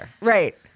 Right